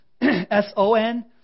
S-O-N